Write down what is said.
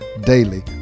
Daily